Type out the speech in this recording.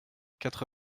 quatre